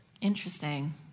Interesting